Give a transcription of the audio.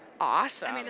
awesome. i mean